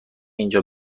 اینجا